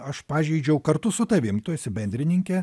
aš pažeidžiau kartu su tavim tu esi bendrininkė